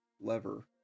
lever